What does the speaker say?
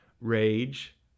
rage